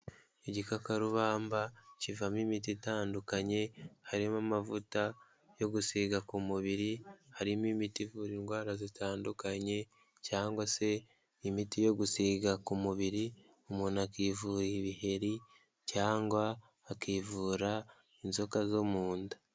Igikakarubamba kivamo imiti itandukanye, harimo amavuta yo gusiga ku mubiri, harimo imiti ivura indwara zitandukanye cyangwa se imiti yo gusiga ku mubiri, umuntu akivura ibiheri cyangwa akivura inzoka zo mu nda.